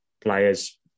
players